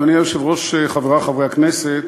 אדוני היושב-ראש, חברי חברי הכנסת,